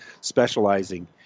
specializing